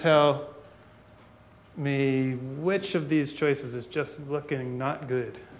tell me which of these choices is just looking not good